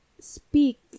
speak